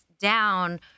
down